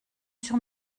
sur